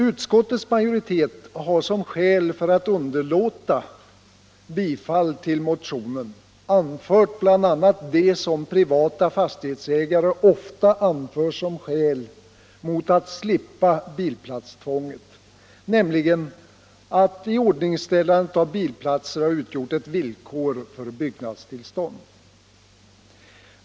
Utskottets majoritet har som skäl för att underlåta bifall till motionen anfört bl.a. det som privata fastighetsägare ofta anför som skäl mot att slippa bilplatstvånget, nämligen att iordningställandet av bilplatser har utgjort ett villkor för byggnadstillstånd.